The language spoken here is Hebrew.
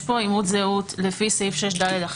יש פה אימות זהות לפי סעיף 6(ד1),